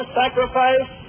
sacrifice